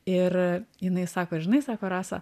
ir jinai sako žinai sako rasa